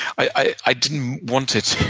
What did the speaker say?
i i didn't want it